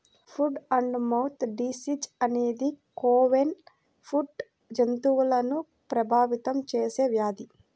foot and mouth disease అనేది cloven foot జంతువులను ప్రభావితం చేసే వ్యాధి